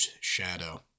shadow